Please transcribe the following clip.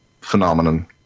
phenomenon –